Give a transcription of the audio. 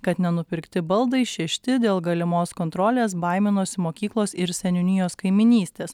kad nenupirkti baldai šešti dėl galimos kontrolės baiminosi mokyklos ir seniūnijos kaimynystės